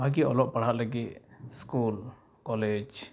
ᱵᱷᱟᱜᱮ ᱚᱞᱚᱜ ᱯᱟᱲᱦᱟᱜ ᱞᱟᱹᱜᱤᱫ ᱥᱠᱩᱞ ᱠᱚᱞᱮᱡᱽ